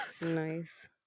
nice